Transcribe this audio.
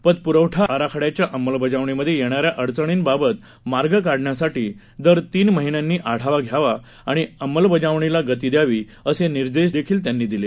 पतपुरवठा आराखड्याच्या अंमलबजावणीमध्ये येणाऱ्या अडचणींबाबत मार्ग काढण्यासाठी दर तीन महिन्यांनी आढावा घ्यावा आणि अमंलबजावणीला गती द्यावी असे निर्देशही त्यांनी दिले